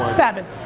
babin,